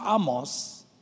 Amos